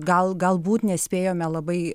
gal galbūt nespėjome labai